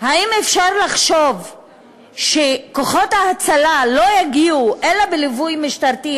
האם אפשר לחשוב שכוחות ההצלה לא יגיעו אלא בליווי משטרתי,